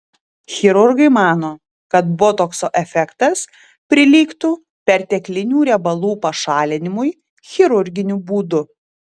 chirurgai mano kad botokso efektas prilygtų perteklinių riebalų pašalinimui chirurginiu būdu